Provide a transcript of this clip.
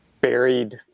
buried